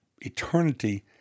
eternity